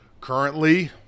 Currently